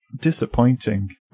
disappointing